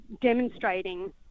demonstrating